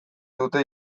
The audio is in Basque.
dute